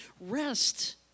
rest